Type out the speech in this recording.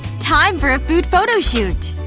time for a food photo shoot!